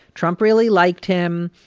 trump really liked him.